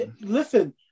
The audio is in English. listen